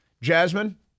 Jasmine